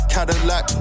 Cadillac